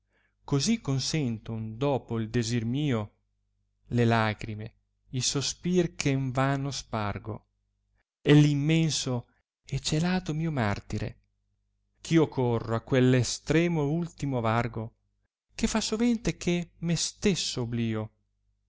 così consenton dopo il desir mio le lagrime i sospir che n vano spargo e l immenso e celato mio martire ch io corro a queir estremo ultimo vargo che fa sovente che me stesso oblio